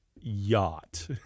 yacht